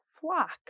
flock